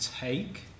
take